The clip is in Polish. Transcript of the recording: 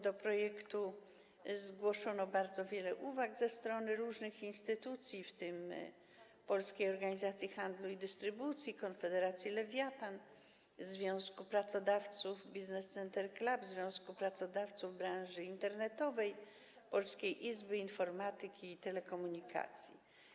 Do projektu zgłoszono bardzo wiele uwag ze strony różnych instytucji, w tym Polskiej Organizacji Handlu i Dystrybucji, konfederacji Lewiatan, Związku Pracodawców Business Centre Club, Związku Pracodawców Branży Internetowej, Polskiej Izby Informatyki i Telekomunikacji.